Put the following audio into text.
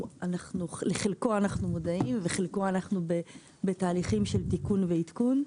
לחלקו אנחנו מודעים וחלקו אנחנו בתהליכים של תיקון ועדכון.